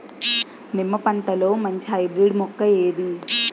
నిమ్మ పంటలో మంచి హైబ్రిడ్ మొక్క ఏది?